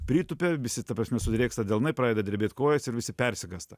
pritupia visi ta prasme sudrėksta delnai pradeda drebėt kojos ir visi persigąsta